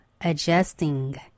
adjusting